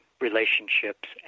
relationships